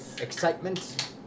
excitement